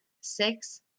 six